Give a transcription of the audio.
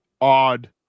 odd